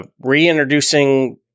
reintroducing